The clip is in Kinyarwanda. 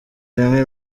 rimwe